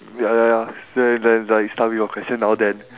ya ya ya same then like start with your question now then